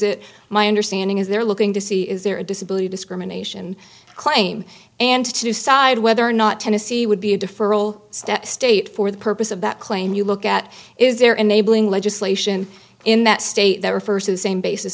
it my understanding is they're looking to see is there a disability discrimination claim and two side whether or not tennessee would be a deferral state for the purpose of that claim you look at is there enabling legislation in that state that refers to same basis